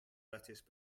lettuce